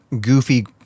goofy